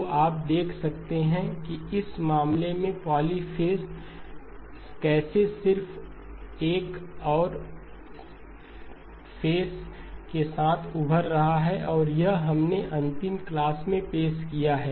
तो आप देख सकते हैं कि इस मामले में पॉलीपेज़ कैसे सिर्फ एक और फेस के साथ उभर रहा है और यही हमने अंतिम क्लास में पेश किया है